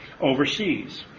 overseas